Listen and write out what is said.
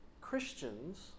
Christians